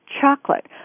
chocolate